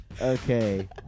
Okay